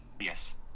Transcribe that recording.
Yes